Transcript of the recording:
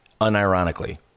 unironically